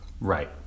Right